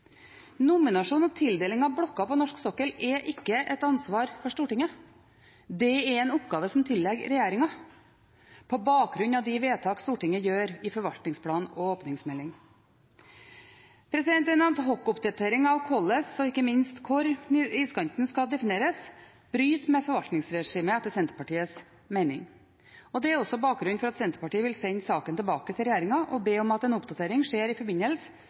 Nominasjon og tildeling av blokker på norsk sokkel er ikke et ansvar for Stortinget, men en oppgave som tillegges regjeringen på bakgrunn av vedtak Stortinget gjør i forvaltningsplanen og åpningsmeldingen. En adhocoppdatering av hvordan, og ikke minst hvor, iskanten skal defineres, bryter med forvaltningsregimet, etter Senterpartiets mening. Dette er også bakgrunnen for at Senterpartiet vil sende saken tilbake til regjeringen og be om at en oppdatering skjer i forbindelse